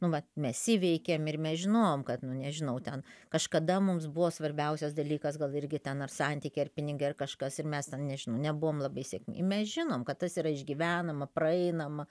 nu vat mes įveikėm ir mes žinojom kad nu nežinau ten kažkada mums buvo svarbiausias dalykas gal irgi ten ar santykiai ar pinigai ar kažkas ir mes ten nežinau nebuvom labai sėkmingi mes žinom kad tas yra išgyvenama praeinama